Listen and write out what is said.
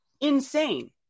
insane